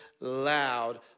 loud